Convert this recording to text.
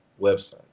website